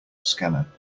scanner